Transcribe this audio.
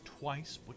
Twice